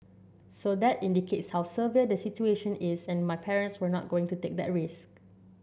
so that indicates how severe the situation is and my parents were not going to take that risk